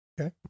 Okay